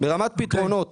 מבחינת פתרונות